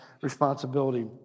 responsibility